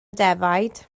defaid